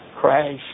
crash